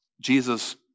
Jesus